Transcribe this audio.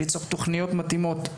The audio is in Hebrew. ליצור תוכניות מתאימות,